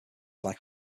like